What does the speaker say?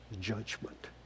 judgment